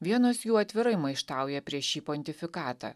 vienas jų atvirai maištauja prieš šį pontifikatą